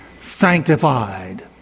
sanctified